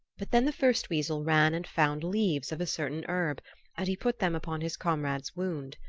but then the first weasel ran and found leaves of a certain herb and he put them upon his comrade's wound.